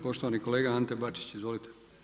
Poštovani kolega Ante Bačić, izvolite.